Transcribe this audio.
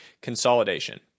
consolidation